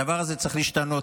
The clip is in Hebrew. הדבר הזה צריך להשתנות.